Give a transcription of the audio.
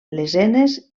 lesenes